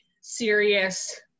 serious